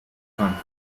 conflict